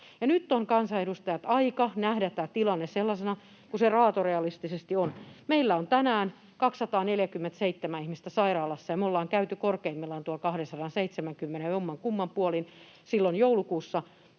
Nyt on, kansanedustajat, aika nähdä tämä tilanne sellaisena kuin se raatorealistisesti on: meillä on tänään 247 ihmistä sairaalassa, ja me ollaan käyty korkeimmillaan 270:n jomminkummin puolin joulukuussa